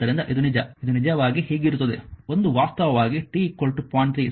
ಆದ್ದರಿಂದ ಇದು ನಿಜ ಇದು ನಿಜವಾಗಿ ಹೀಗಿರುತ್ತದೆ ಒಂದು ವಾಸ್ತವವಾಗಿ t 0